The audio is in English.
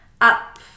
up